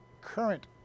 current